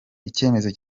icyemezo